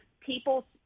people –